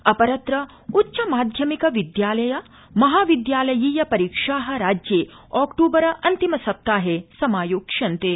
अपरत्र उच्चमाध्यमिक विद्यालय महाविद्यालयीय परीक्षा राज्ये ऑक्टूबर अन्तिम सप्ताहे समायोक्ष्यन्ते